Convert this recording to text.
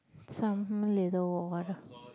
some little water